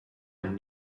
and